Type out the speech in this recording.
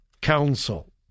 Council